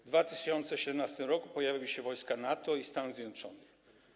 W 2017 r. pojawiły się wojska NATO i Stanów Zjednoczonych.